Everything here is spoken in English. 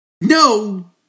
No